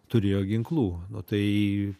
turėjo ginklų nu tai